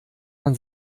man